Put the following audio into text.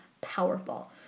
powerful